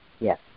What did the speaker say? yes